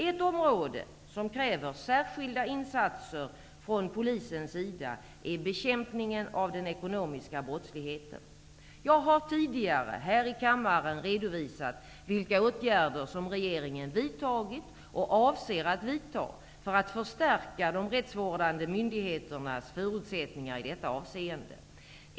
Ett område som kräver särskilda insatser från polisens sida är bekämpningen av den ekonomiska brottsligheten. Jag har tidigare här i kammaren redovisat vilka åtgärder som regeringen vidtagit och avser att vidta för att förstärka de rättsvårdande myndigheternas förutsättningar i detta avseende.